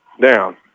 down